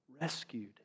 rescued